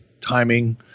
timing